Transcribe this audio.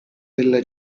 della